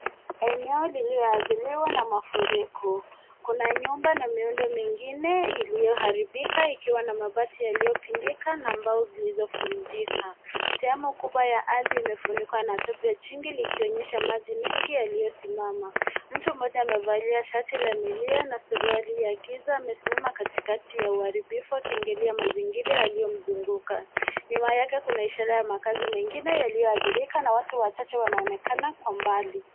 Eno lililoathiriwa na mafuriko. Kuna nyumba na miundo mingine iliyoharibika ikiwa na mabati yaliyopindika na mbao zilizovunjika. Sehemu kubwa ya ardhi imefunikwa na tope jingi likionyesha maji mengi yaliyosimama. Mtu mmoja amevalia shati la milia na suruali ya giza amesimama katikati ya uharibifu akiangalia mazingira yaliyomzunguka. Nyuma yake kuna ishara ya makazi mengine yaliyoathirika na watu wachache wanaonekana kwa mbali.